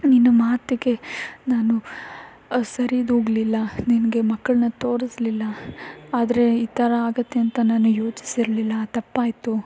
ನಿನ್ನ ಮಾತಿಗೆ ನಾನು ಸರಿದೂಗಲಿಲ್ಲ ನಿನಗೆ ಮಕ್ಕಳನ್ನ ತೋರಿಸಲಿಲ್ಲ ಆದರೆ ಈ ಥರ ಆಗತ್ತೆ ಅಂತ ನಾನು ಯೋಚಿಸಿರಲಿಲ್ಲ ತಪ್ಪಾಯಿತು